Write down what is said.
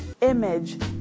image